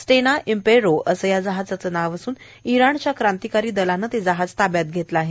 स्टेना Impero असं या जहाजाचं नाव असून इरानच्या क्रांतीकारी दलानं ते जहाज ताब्यात घेतलं आहे